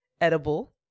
edible